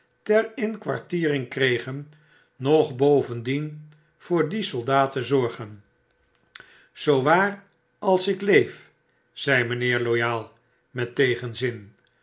ter inkwartiering kregen nog bovendien voor die soldaten zorgen zoowaar als ik leef zei mynheer loyal met tegenzin